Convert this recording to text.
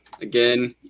Again